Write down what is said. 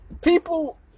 People